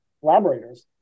collaborators